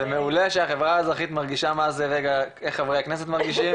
זה מעולה את מרגישה איך חברי הכנסת מרגישים,